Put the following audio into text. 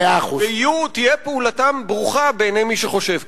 ותהיה פעולתם ברוכה בעיני מי שחושב כך.